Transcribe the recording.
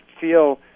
feel